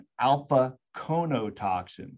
alpha-conotoxins